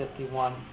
51